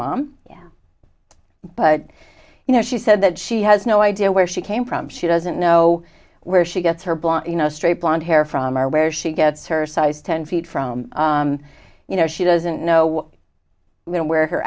mom yeah but you know she said that she has no idea where she came from she doesn't know where she gets her blonde you know straight blonde hair from or where she gets her size ten feet from you know she doesn't know where